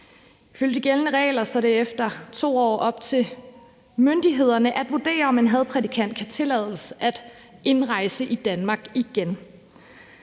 Ifølge de gældende regler er det efter 2 år op til myndighederne at vurdere, om en hadprædikant kan tillades at indrejse i Danmark igen,